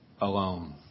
alone